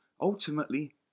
ultimately